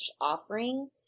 offering